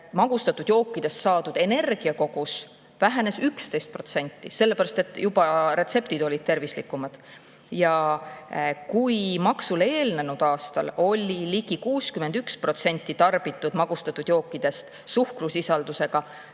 magustatud jookidest saadud energiakogus vähenes 11%, sest retseptid olid tervislikumad. Kui maksu [kehtestamisele] eelnenud aastal oli ligi 61% tarbitud magustatud jookidest suhkrusisaldusega